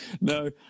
no